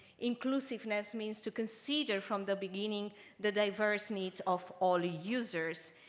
inclusiveness means to consider from the beginning the diverse needs of all users,